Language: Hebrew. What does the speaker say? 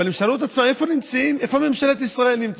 אבל הם שאלו את עצמם: איפה ממשלת ישראל נמצאת?